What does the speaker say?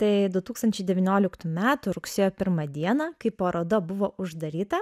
tai du tūkstančiai devynioliktų metų rugsėjo pirmą dieną kai paroda buvo uždaryta